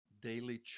daily